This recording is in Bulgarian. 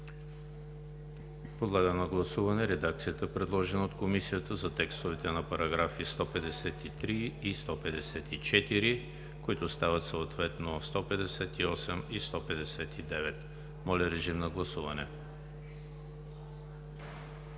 Подлагам на гласуване редакцията, предложена от Комисията за текстовете на параграфи 153 и 154, които стават съответно параграфи 158 и 159. Гласували